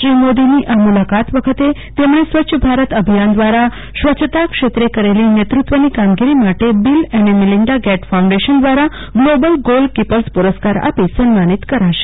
શ્રી મોદીની આ મુલાકાત વખતે તેમણે સ્વચ્છ ભારત અભયિાન દ્રારા સ્વય્છતા ક્ષેત્રે કરેલી નેતૃત્વની કામગીરી માટે બલિ અને મલિીન્ડા ગેટ ફાઉન્ડેશન દ્રારા ગ્લોબલ ગોલ કીપર્સ પુરસ્કાર આપી સન્માનતિ કરાશે